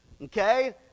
Okay